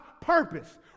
purpose